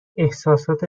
احساسات